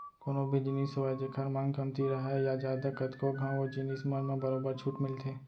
कोनो भी जिनिस होवय जेखर मांग कमती राहय या जादा कतको घंव ओ जिनिस मन म बरोबर छूट मिलथे